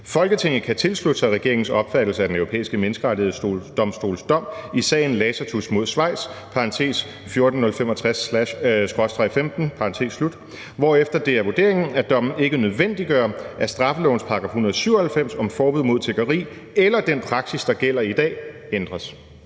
Folketinget kan tilslutte sig regeringens opfattelse af Den Europæiske Menneskerettighedsdomstols dom i sagen Lacatus mod Schweiz (14065/15), hvorefter det er vurderingen, at dommen ikke nødvendiggør, at straffelovens § 197 om forbud mod tiggeri eller den praksis, der gælder i dag, ændres.